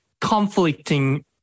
conflicting